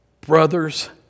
Brothers